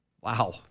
Wow